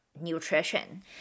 nutrition